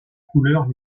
couleur